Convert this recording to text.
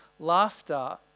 Laughter